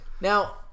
Now